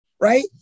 Right